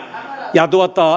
ja